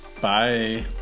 Bye